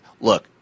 look